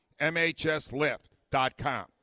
MHSLIFT.com